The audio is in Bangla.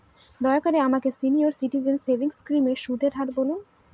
দয়া করে আমাকে সিনিয়র সিটিজেন সেভিংস স্কিমের সুদের হার বলুন